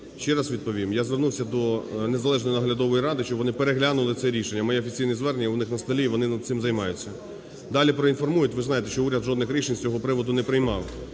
Ще раз відповім. Я звернувся до незалежної Наглядової ради, щоб вони переглянули це рішення. Моє офіційне звернення у них на столі, і вони над цим займаються. Далі проінформують. Ви ж знаєте, що уряд жодних рішень з цього приводу не приймав.